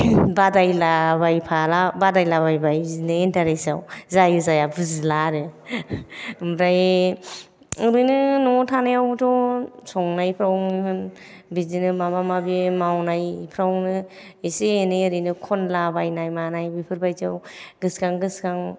बादायलाबायबाय बिदिनो इनटारेस्ट आव जायो जाया बुजिला आरो ओमफ्राय ओरैनो न'आव थानायवथ' संनायफ्रावनो होन बिदिनो माबा माबि मावनायफोरावनो एसे एनै ओरैनो खनलाबायनाय मानाय बेफोर बायदियाव गोसोखां गोसोखां